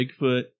Bigfoot